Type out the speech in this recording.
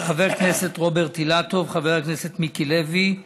חבר הכנסת רוברט אילטוב, חבר הכנסת מיקי לוי,